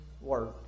work